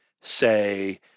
say